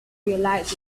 realize